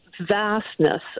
vastness